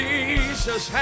Jesus